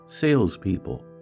salespeople